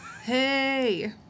Hey